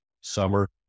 summer